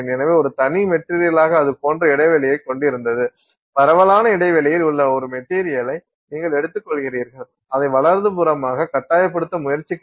எனவே ஒரு தனி மெட்டீரியளாக அது போன்ற இடைவெளியைக் கொண்டிருந்தது பரவலான இடைவெளியில் உள்ள ஒரு மெட்டீரியளை நீங்கள் எடுத்துக்கொள்கிறீர்கள் அதை வலதுபுறமாக கட்டாயப்படுத்த முயற்சிக்கிறீர்கள்